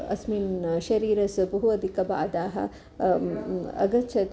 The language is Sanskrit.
अस्मिन् शरीरस्य बहु अधिकाः बाधाः अ गच्छत्